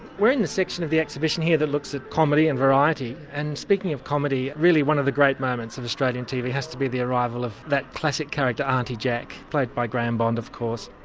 we're in the section of the exhibition here that looks at comedy and variety, and speaking of comedy, really one of the great moments australian tv has to be the arrival of that classic character aunty jack, played by grahame bond of course.